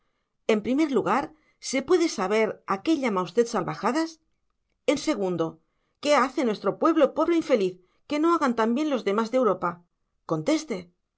en primer lugar se puede saber a qué llama usted salvajadas en segundo qué hace nuestro pueblo pobre infeliz que no hagan también los demás de europa conteste